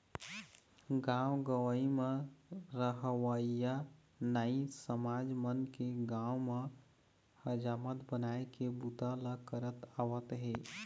गाँव गंवई म रहवइया नाई समाज मन के गाँव म हजामत बनाए के बूता ल करत आवत हे